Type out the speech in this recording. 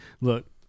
look